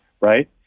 right